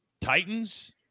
Titans